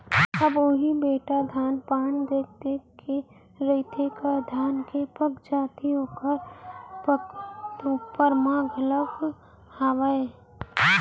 अब उही बेटा धान पान देख देख के रथेगा धान के पगजाति ओकर पाकत ऊपर म घलौ हावय